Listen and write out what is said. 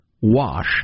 wash